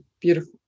beautiful